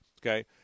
Okay